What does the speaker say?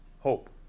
hope